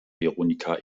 veronika